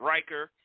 Riker